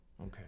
okay